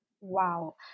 Wow